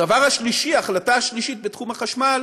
הדבר השלישי, ההחלטה השלישית בתחום החשמל